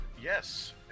Yes